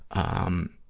um,